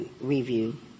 review